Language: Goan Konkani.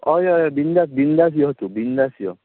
हय हय बिंदास बिंदास यो तू बिंदास यो